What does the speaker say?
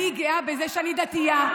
אני גאה בזה שאני דתייה.